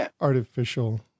artificial